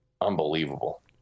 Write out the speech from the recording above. unbelievable